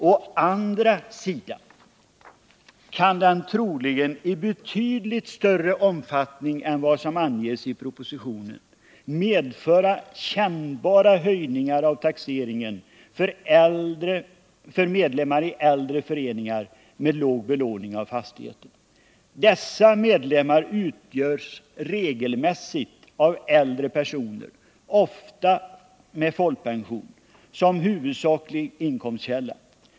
Å andra sidan kan den troligen i betydligt större utsträckning än som anges i propositionen medföra kännbara höjningar av taxeringen för medlemmar i äldre föreningar med låg belåning av fastigheten. Dessa medlemmar utgörs regelmässigt av äldre personer ofta med folkpension som huvudsaklig inkomstkälla.